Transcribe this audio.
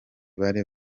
bari